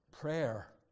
Prayer